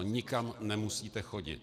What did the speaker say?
Nikam nemusíte chodit.